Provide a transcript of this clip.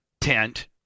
tent